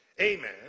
Amen